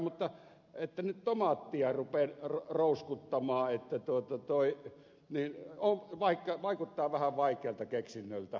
mutta se että nyt tomaattia rupean rouskuttamaan ei tee tuota toi ne on vaikea vaikuttaa vähän vaikealta keksinnöltä